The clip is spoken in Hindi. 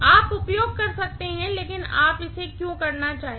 आप उपयोग कर सकते हैं लेकिन आप इसे क्यों करना चाहेंगे